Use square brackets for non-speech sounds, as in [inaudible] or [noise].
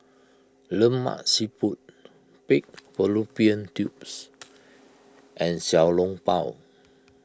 Lemak Siput Pig Fallopian Tubes [noise] and Xiao Long Bao